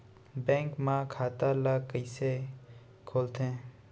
Bank म खाता ल कइसे खोलथे?